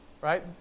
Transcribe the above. Right